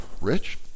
Rich